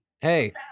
hey